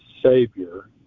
Savior